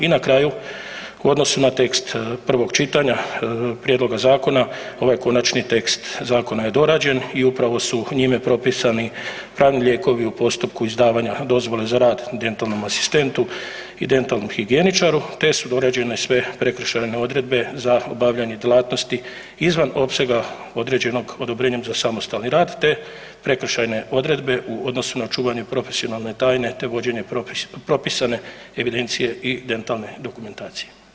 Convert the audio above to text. I na kraju u odnosu na tekst prvog čitanja prijedloga zakona ovaj konačni tekst zakona je dorađen i upravo su njime propisani pravni lijekovi u postupku izdavanja dozvole za rad dentalnom asistentu i dentalnom higijeničaru te su dorađene sve prekršajne odredbe za obavljanje djelatnosti izvan opsega određenog odobrenjem za samostalni rad te prekršajne odredbe u odnosu na čuvanje profesionalne tajne te vođenje propisane evidencije i dentalne dokumentacije.